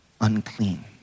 unclean